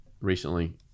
recently